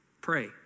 Pray